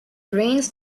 brains